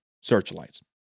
searchlights